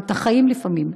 ואת החיים לפעמים,